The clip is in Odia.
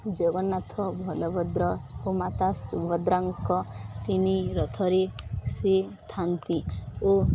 ଜଗନ୍ନାଥ ବଳଭଦ୍ର ଓ ମାତା ସୁଭଦ୍ରାଙ୍କ ତିନି ରଥରେ ସେ ଥାନ୍ତି ଓ